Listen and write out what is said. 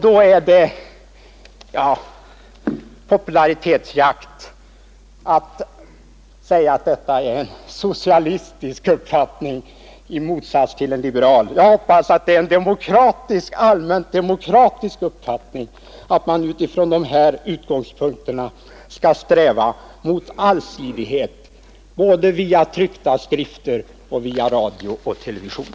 Då är det popularitetsjakt att säga att detta är en socialistisk uppfattning i motsats till en liberal. Jag hoppas att det är en allmänt demokratisk uppfattning att man från dessa utgångspunkter strävar mot allsidighet i debatt och nyhetsförmedling både via tryckta skrifter och via radio och television.